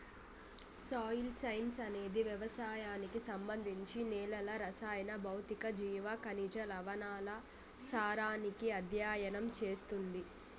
soil science అనేది వ్యవసాయానికి సంబంధించి నేలల రసాయన, భౌతిక, జీవ, ఖనిజ, లవణాల సారాన్ని అధ్యయనం చేస్తుంది